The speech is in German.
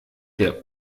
der